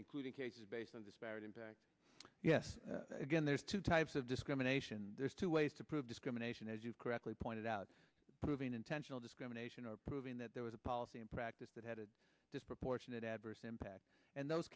including cases based on disparate impact yes again there's two types of discrimination there's two ways to prove discrimination as you correctly pointed out proving intentional discrimination or proving that there was a policy in practice that had a disproportionate adverse impact and those